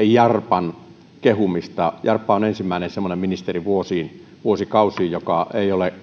jarpan kehumista jarppa on ensimmäinen semmoinen ministeri vuosiin vuosikausiin joka ei ole